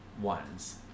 ones